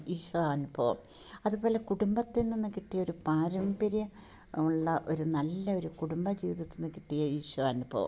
ഈശോ അനുഭവം അതുപോലെ കുടുംബത്തിൽ നിന്ന് കിട്ടിയൊരു പാരമ്പര്യം ഉള്ള ഒരു നല്ല ഒരു കുടുംബ ജീവിതത്തിൽ കിട്ടിയ ഈശോ അനുഭവം